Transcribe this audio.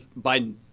Biden